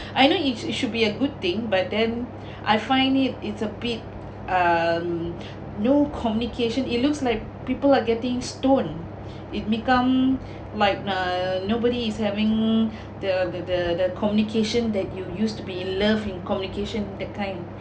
I know it it should be a good thing but then I find it it's a bit um no communication it looks like people are getting stone it become like uh nobody is having the the the the communication that you used to be love in communication that kind